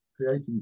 creating